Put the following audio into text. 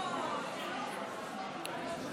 חוק ההשתלטות